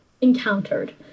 encountered